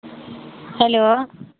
hello